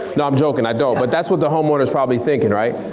no i'm jokin' i don't, but that's what the homeowner's probably thinkin' right?